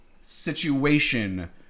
situation